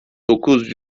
dokuz